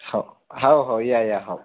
हो हो हो या या हो